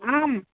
आम्